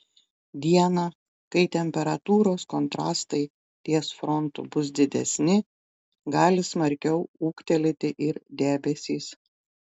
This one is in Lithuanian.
dieną kai temperatūros kontrastai ties frontu bus didesni gali smarkiau ūgtelėti ir debesys